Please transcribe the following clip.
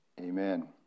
Amen